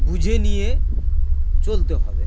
বুঝে নিয়ে চলতে হবে